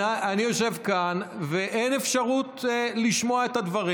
אני יושב כאן ואין אפשרות לשמוע את הדברים.